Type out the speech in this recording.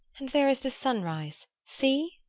and there is the sunrise see!